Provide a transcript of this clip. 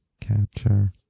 capture